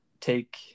take